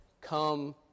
come